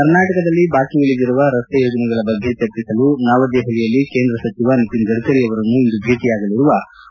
ಕರ್ನಾಟಕದಲ್ಲಿ ಬಾಕಿ ಉಳಿದಿರುವ ರಸ್ತೆ ಯೋಜನೆಗಳ ಬಗ್ಗೆ ಚರ್ಚಿಸಲು ನವದೆಹಲಿಯಲ್ಲಿ ಕೇಂದ್ರ ಸಚಿವ ನಿತಿನ್ಗಡ್ಡರಿ ಅವರನ್ನು ಇಂದು ಭೇಟಿಯಾಗಲಿರುವ ಮುಖ್ಯಮಂತ್ರಿ ಎಚ್